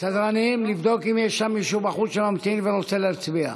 אם יש שם מישהו בחוץ שממתין ורוצה להצביע.